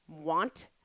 want